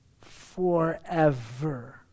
forever